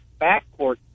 backcourt